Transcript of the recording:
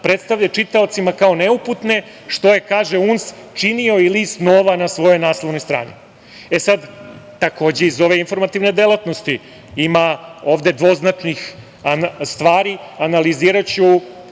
predstave čitaocima kao neuputne, što je kaže UMS činio i list „Nova“ na svojoj naslovnoj strani.E, sad takođe iz ove informativne delatnosti. Ima ovde dvoznačnih stvari. Analiziraću